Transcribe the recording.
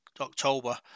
October